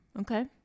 Okay